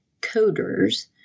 coders